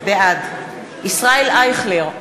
בעד ישראל אייכלר,